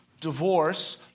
divorce